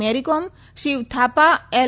Mary Kom Shiva Thapa L